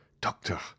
Doctor